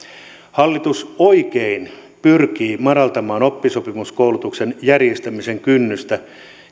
hallitus oikein pyrkii madaltamaan oppisopimuskoulutuksen järjestämisen kynnystä